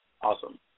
Awesome